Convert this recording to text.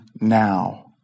now